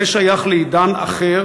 זה שייך לעידן אחר,